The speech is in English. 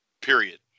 period